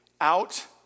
out